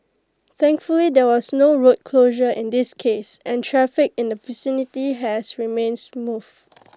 thankfully there was no road closure in this case and traffic in the vicinity has remained smooth